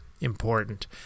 important